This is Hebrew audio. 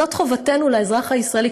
זאת חובתנו לאזרח הישראלי.